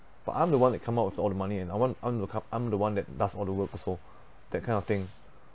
but I'm the one that come out with all the money and I want I'm the ca~ I'm the one that does all the work also that kind of thing